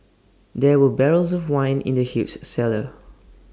there were barrels of wine in the huge cellar